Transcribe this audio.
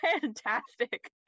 fantastic